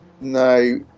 No